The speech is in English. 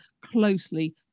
closely